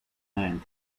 hand